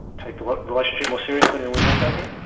take the relationship more seriously than we'd been taking it.